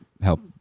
help